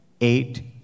eight